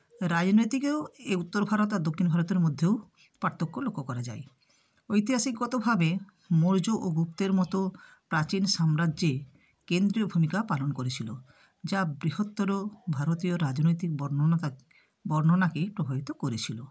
রাজনীতিকেও এই উত্তর ভারত আর দক্ষিণ ভারতের মধ্যেও পার্থক্য লক্ষ্য করা যায় ঐতিহাসিকগতভাবে মৌর্য ও গুপ্তের মতো প্রাচীন সাম্রাজ্যে কেন্দ্রীয় ভূমিকা পালন করেছিলো যা বৃহত্তর ভারতীয় রাজনৈতিক বর্ণনাতার বর্ণনাকে একটু হয়তো করেছিলো